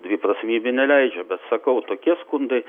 dviprasmybė neleidžia bet sakau tokie skundai